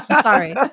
Sorry